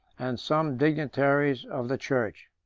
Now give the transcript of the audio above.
and some dignitaries of the church.